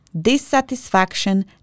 Dissatisfaction